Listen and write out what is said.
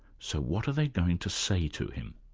so what are they going to say to him?